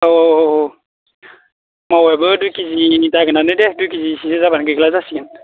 औ औ औ मावायाबो दुइ केजि जागोनआनो दे दुइ केजिसोनि जाब्लानो गैला जासिगोन